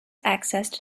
accessed